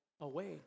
away